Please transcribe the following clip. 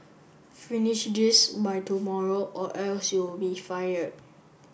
finish this by tomorrow or else you'll be fired